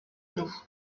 nous